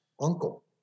uncle